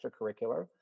extracurricular